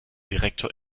direktor